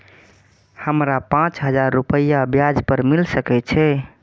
हमरा पाँच हजार रुपया ब्याज पर मिल सके छे?